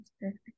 perfect